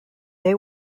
they